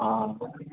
অঁ